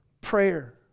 prayer